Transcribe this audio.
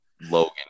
Logan